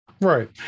Right